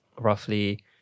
roughly